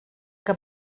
que